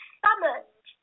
summoned